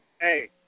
Hey